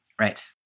Right